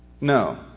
No